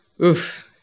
Oof